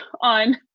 on